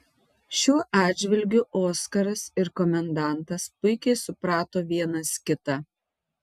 šiuo atžvilgiu oskaras ir komendantas puikiai suprato vienas kitą